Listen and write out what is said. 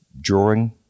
drawing